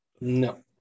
No